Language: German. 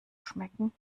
schmecken